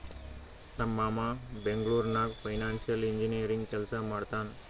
ನಮ್ ಮಾಮಾ ಬೆಂಗ್ಳೂರ್ ನಾಗ್ ಫೈನಾನ್ಸಿಯಲ್ ಇಂಜಿನಿಯರಿಂಗ್ ಕೆಲ್ಸಾ ಮಾಡ್ತಾನ್